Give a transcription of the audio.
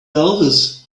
elvis